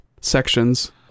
sections